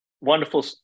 wonderful